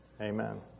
amen